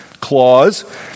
clause